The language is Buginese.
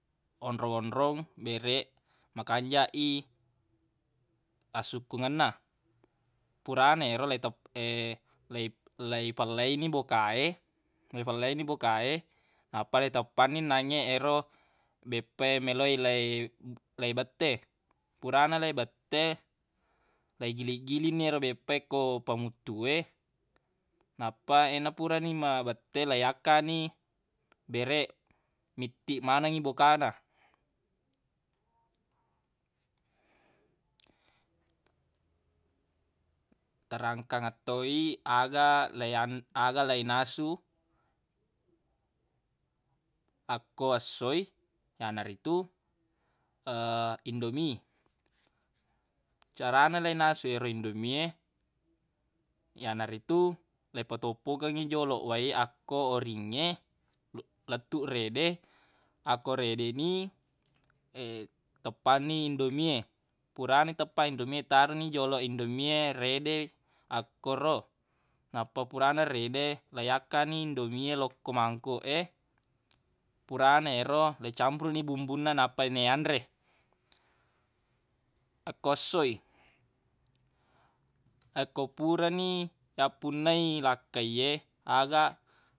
Onrong-onrong bereq makanjaq i asukkungenna purana ero letep- lei- leipellaini boka e leifellaini boka e nappa leiteppang ni naq e ero beppae meloq e lei- leibette. Purana leibette leigili-giling ni ero beppae ko pamuttue nappa enapura ni mabette leiyakkani bereq mittiq manengngi bokana. Terangkangettoi aga leiyan- aga leinasu akko esso i yanaritu indomi carana leinasu ero indomi e yanaritu leipatoppokengngi joloq wai akko oringnge lettuq rede akko rede ni teppanni indomi e purana iteppang indomi e taroni joloq indomi e rede akkoro nappa purana rede leiyakka ni indomi e lo ko mangkoq e purana yero leicampuruq ni bumbunna nappa leiyanre akko esso i akko purani yappunna i lakkaiye aga.